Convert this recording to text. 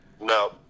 No